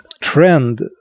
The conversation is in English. trend